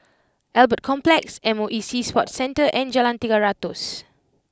Albert Complex M O E Sea Sports Centre and Jalan Tiga Ratus